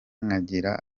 nkagira